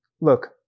look